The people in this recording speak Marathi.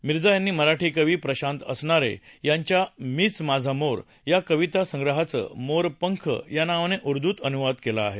मिर्झा यांनी मराठी कवी प्रशांत असनारे यांच्या मीच माझा मोर या कविता संग्रहाचं मोरपंख या नावानं उर्दूत अनुवाद केला आहे